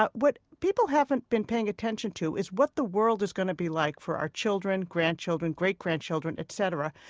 ah what people haven't been paying attention to is what the world is going to be like for our children, grandchildren, great-grandchildren, etc.